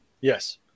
Yes